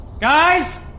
Guys